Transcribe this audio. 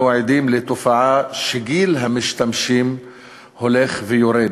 אנו עדים לתופעה שגיל המשתמשים הולך ויורד.